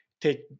take